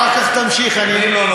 אחר כך תמשיך, אני לא נותן לו.